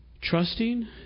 Trusting